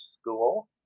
school